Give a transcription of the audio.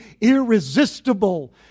irresistible